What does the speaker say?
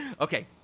Okay